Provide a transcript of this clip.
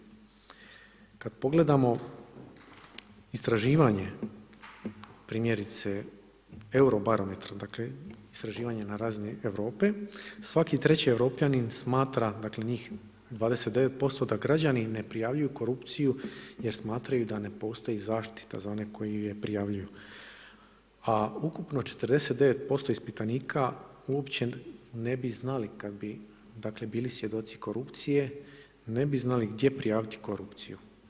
Kad pogledamo istraživanje primjerice Eurobarometer-a dakle istraživanje na razini Europe, svaki treći Europljanin smatra dakle njih 29% da građani ne prijavljuju korupciju jer smatraju da ne postoji zaštita za one koji je prijavljuju a ukupno 49% ispitanika uopće ne bi znali kad bi bili svjedoci korupcije, ne bi znali gdje prijaviti korupciju.